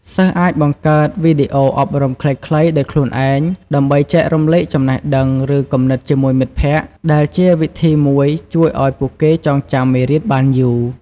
សិស្សអាចបង្កើត វីដេអូអប់រំខ្លីៗ ដោយខ្លួនឯង ដើម្បីចែករំលែកចំណេះដឹង ឬគំនិតជាមួយមិត្តភក្តិ ដែលជាវិធីមួយជួយឲ្យពួកគេចងចាំមេរៀនបានយូរ។